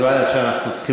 זה ועוד איך בוטל.